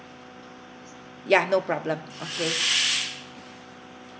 ya no problem okay